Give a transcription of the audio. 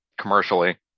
commercially